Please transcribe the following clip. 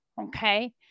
okay